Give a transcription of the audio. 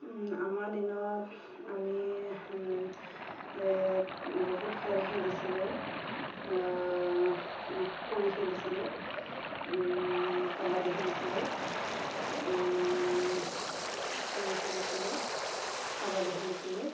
আমাৰ দিনত আমি বহুত খেল খেলিছিলোঁ কৰি খেলিছিলোঁ কাবাডী খেলিছিলোঁ কৰি খেলিছিলোঁ কাবাডী খেলিছিলোঁ